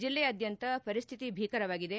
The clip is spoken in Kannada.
ಜಿಲ್ಲಾದ್ಧಂತ ಪರಿಸ್ತಿತಿ ಭೀಕರವಾಗಿದೆ